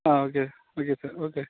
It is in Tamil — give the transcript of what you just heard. ah okay okay sir okay